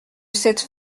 cette